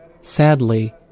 Sadly